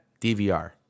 DVR